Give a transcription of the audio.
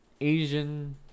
Asian